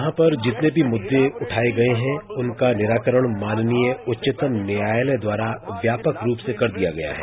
यहां पर जितने भी मुद्दे उठाये गए हैं उनका निराकरण माननीय उच्चतम न्यायालय द्वारा व्यापक रूप में कर दिया गया है